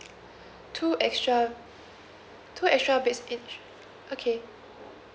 two extra two extra beds each okay